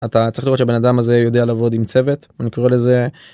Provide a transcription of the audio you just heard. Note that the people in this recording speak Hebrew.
אתה צריך לראות שבן אדם הזה יודע לעבוד עם צוות אני קורא לזה.